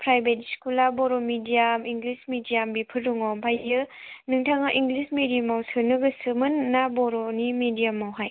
private स्कुलआ बर' medium English medium बेफोर दङ ओमफ्राय नोंथाङा इंलिस मिडियामआव सोनो गोसोमोन ना बर'नि मिडियामआवहाय